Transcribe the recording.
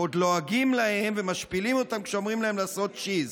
ועוד לועגים להם ומשפילים אותם כשאומרים להם לעשות צ'יז.